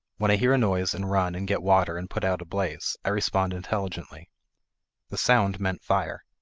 when i hear a noise and run and get water and put out a blaze, i respond intelligently the sound meant fire,